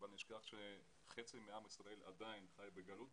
בל נשכח שחצי מעם ישראל עדיין חי בגלות